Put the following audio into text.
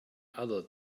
other